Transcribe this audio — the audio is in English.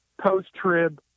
post-trib